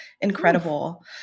Incredible